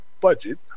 budget